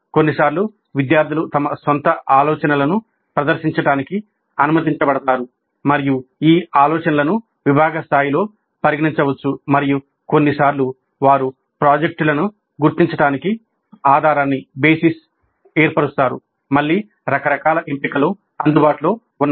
కొన్నిసార్లు విద్యార్థులు తమ సొంత ఆలోచనలను ప్రదర్శించడానికి అనుమతించబడతారు మరియు ఈ ఆలోచనలను విభాగ స్థాయిలో పరిగణించవచ్చు మరియు కొన్నిసార్లు వారు ప్రాజెక్టులను గుర్తించడానికి ఆధారాన్ని ఏర్పరుస్తారు మళ్ళీ రకరకాల ఎంపికలు అందుబాటులో ఉన్నాయి